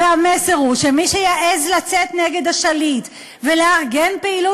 והמסר הוא שמי שיעז לצאת נגד השליט ולארגן פעילות